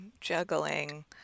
juggling